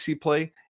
play